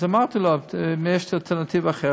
אז אמרתי לו שאם יש אלטרנטיבה אחרת,